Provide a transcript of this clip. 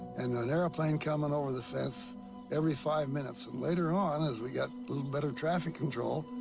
and an airplane coming over the fence every five minutes. and later on, as we got little better traffic control,